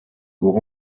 pour